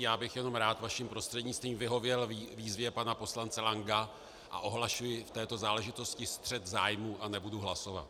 Já bych jenom rád vaším prostřednictvím vyhověl výzvě pana poslance Lanka a ohlašuji v této záležitosti střet zájmů a nebudu hlasovat.